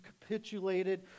capitulated